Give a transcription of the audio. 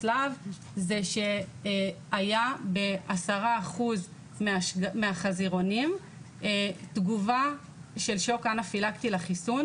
להב זה שהיה ב-10% מהחזירונים תגובה של שוק אנפילקטי לחיסון,